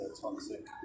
toxic